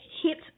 hit